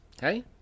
Hey